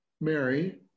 Mary